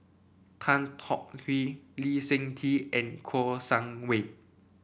Tan Tong Hye Lee Seng Tee and Kouo Shang Wei